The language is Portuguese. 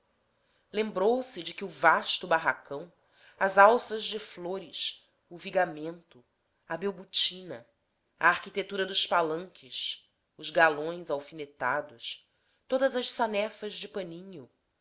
lembrou-se de que o vasto barracão as alças de flores o vigamento a belbutina a arquitetura dos palanques os galões alfinetados todas as sanefas de paninho